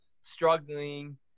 struggling